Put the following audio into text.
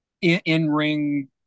in-ring